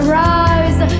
rise